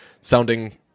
sounding